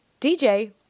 DJ